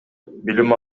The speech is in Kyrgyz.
билим